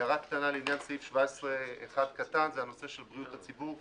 הערה קטנה לעניין סעיף 17(1) זה הנושא של בריאות הציבור,